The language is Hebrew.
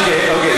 אוקיי, אוקיי.